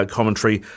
commentary